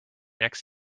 next